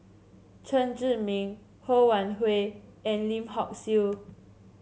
Chen Zhiming Ho Wan Hui and Lim Hock Siew